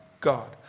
God